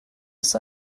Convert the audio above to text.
ist